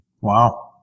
Wow